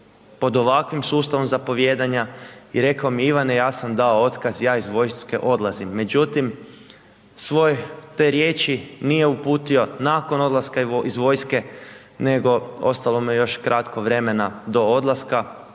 pod ovakvim sustavom zapovijedanja i rekao mi je Ivane ja sam dao otkaz ja iz vojske odlazim. Međutim, svoj te riječi nije uputio nakon odlaska iz vojske nego ostalo mu je još kratko vremena do odlaska,